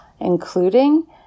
including